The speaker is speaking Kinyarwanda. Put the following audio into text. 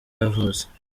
yavutse